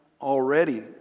already